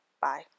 bye